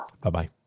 Bye-bye